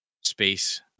space